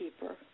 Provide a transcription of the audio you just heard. keeper